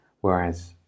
Whereas